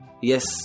yes